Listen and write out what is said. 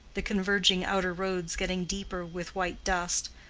the converging outer roads getting deeper with white dust,